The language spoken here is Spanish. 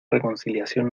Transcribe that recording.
reconciliación